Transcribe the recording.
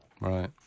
Right